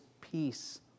peace